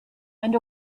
and